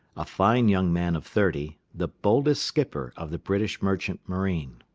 a fine young man of thirty, the boldest skipper of the british merchant marine.